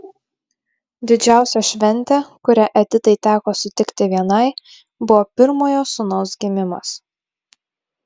didžiausia šventė kurią editai teko sutikti vienai buvo pirmojo sūnaus gimimas